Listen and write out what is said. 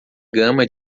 gama